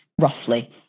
roughly